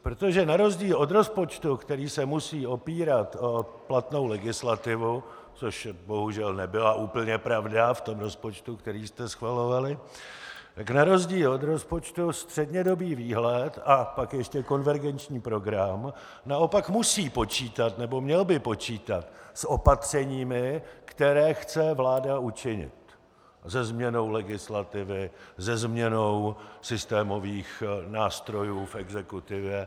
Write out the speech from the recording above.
Protože na rozdíl od rozpočtu, který se musí opírat o platnou legislativu, což bohužel nebyla úplně pravda v tom rozpočtu, který jste schvalovali, tak na rozdíl od rozpočtu střednědobý výhled a pak ještě konvergenční program naopak musí počítat, nebo měl by počítat, s opatřeními, která chce vláda učinit, se změnou legislativy, se změnou systémových nástrojů v exekutivě.